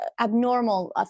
abnormal